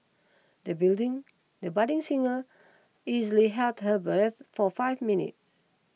the building the budding singer easily held her breath for five minute